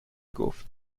گفت